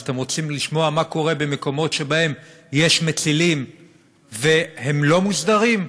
אז אתם רוצים לשמוע מה קורה במקומות שבהם יש מצילים והם לא מוסדרים?